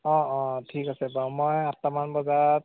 অঁ অঁ ঠিক আছে বাৰু মই আঠটামান বজাত